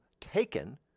taken